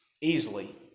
easily